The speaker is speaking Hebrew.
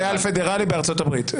היה על פדרלי בארצות הברית.